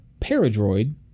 Paradroid